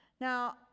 Now